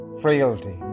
frailty